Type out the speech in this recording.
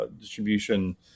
distribution